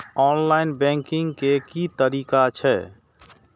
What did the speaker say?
Online banking के की तरीका छै?